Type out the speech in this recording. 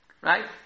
right